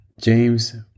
James